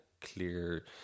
Clear